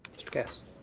mr. kass.